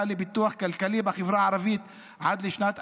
לפיתוח כלכלי בחברה הערבית עד לשנת,